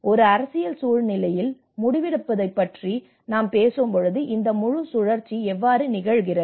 ஒரு அரசியல் சூழலில் முடிவெடுப்பது பற்றி நாம் பேசும்போது இந்த முழு சுழற்சி எவ்வாறு நிகழ்கிறது